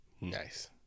Nice